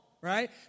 right